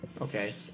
Okay